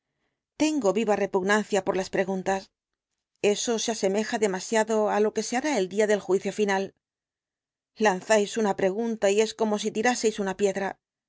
tengo viva repugnancia por las preguntas eso se asemeja demasiado á lo que se hará el día del juicio final lanzáis una pregunta y es como si tiraseis una piedra